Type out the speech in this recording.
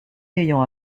ayant